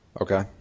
Okay